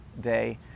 day